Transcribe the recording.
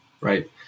Right